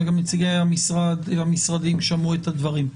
וגם נציגי המשרדים שמעו את הדברים.